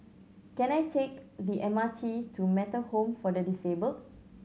can I take the M R T to Metta Home for the Disabled